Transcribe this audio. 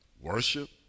worship